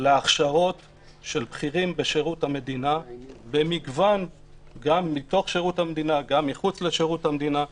להכשרות של בכירים בשירות המדינה וגם מחוץ לשירות המדינה במגוון נושאים.